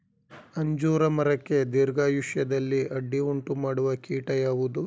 ಅಂಜೂರ ಮರಕ್ಕೆ ದೀರ್ಘಾಯುಷ್ಯದಲ್ಲಿ ಅಡ್ಡಿ ಉಂಟು ಮಾಡುವ ಕೀಟ ಯಾವುದು?